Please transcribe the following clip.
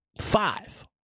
five